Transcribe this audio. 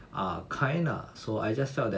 ah kind lah so I just felt that